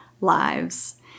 lives